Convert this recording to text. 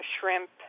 shrimp